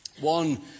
one